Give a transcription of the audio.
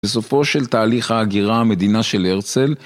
בסופו של תהליך ההגירה המדינה של הרצל